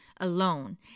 alone